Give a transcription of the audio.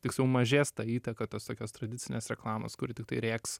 tiksliau mažės ta įtaka tos tokios tradicinės reklamos kur tiktai rėks